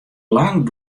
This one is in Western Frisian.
lang